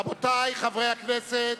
רבותי חברי הכנסת,